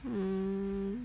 mm